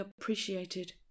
appreciated